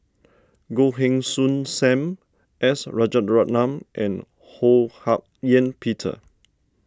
Goh Heng Soon Sam S Rajaratnam and Ho Hak Ean Peter